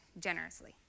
generously